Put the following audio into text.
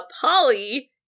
Polly